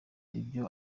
ibyo